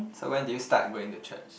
so when did you start going to church